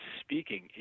speaking